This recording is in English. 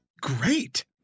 great